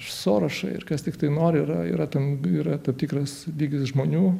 sorašai ir kas tiktai nori yra ten yra tam tikras lygis žmonių